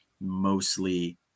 Mostly